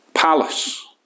Palace